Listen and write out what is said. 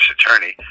Attorney